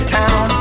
town